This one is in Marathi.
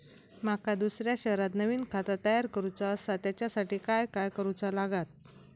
माका दुसऱ्या शहरात नवीन खाता तयार करूचा असा त्याच्यासाठी काय काय करू चा लागात?